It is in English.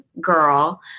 girl